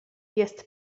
jest